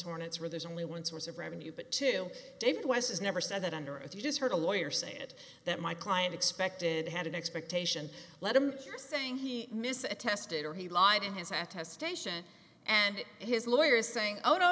hornets where there's only one source of revenue but to david weiss is never said that under as you just heard a lawyer say it that my client expected had an expectation let him you're saying he misses attested or he lied in his act has station and his lawyer is saying oh no